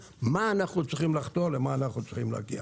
אנחנו צריכים להבין למה אנחנו צריכים לחתור ולמה אנחנו צריכים להגיע.